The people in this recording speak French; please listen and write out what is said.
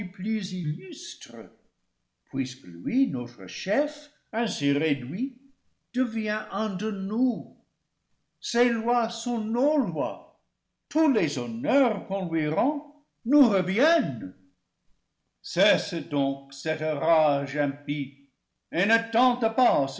puisque lui notre chef ainsi réduit devient un de nous ses lois sont nos lois tous les honneurs qu'on lui rend nous reviennent cesse donc cette rage impie et ne tente pas